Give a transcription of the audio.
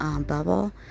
bubble